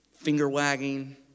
finger-wagging